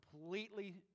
completely